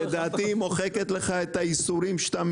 לדעתי היא מוחקת לך את האיסורים שאתה